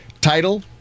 title